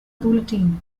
bulletin